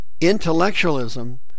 Intellectualism